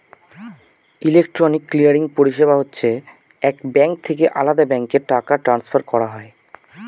electronic clearing পরিষেবা হচ্ছে এক ব্যাঙ্ক থেকে আলদা ব্যাঙ্কে টাকা ট্রান্সফার করা